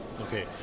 Okay